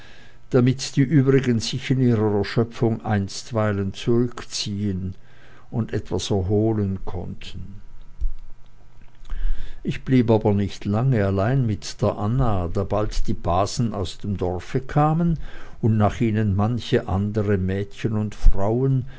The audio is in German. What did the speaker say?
damit die übrigen sich in ihrer erschöpfung einstweilen zurückziehen und etwas erholen konnten ich blieb aber nicht lange allein mit der anna da bald die basen aus dem dorfe kamen und nach ihnen manche andere mädchen und frauen